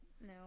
no